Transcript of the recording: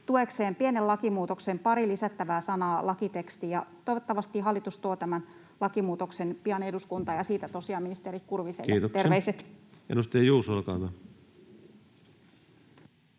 tuekseen pienen lakimuutoksen, pari lisättävää sanaa lakitekstiin. Toivottavasti hallitus tuo tämän lakimuutoksen pian eduskuntaan — siitä tosiaan ministeri Kurviselle terveiset. [Speech 126] Speaker: